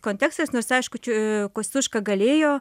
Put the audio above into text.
kontekstais nors aišku čia kosciuška galėjo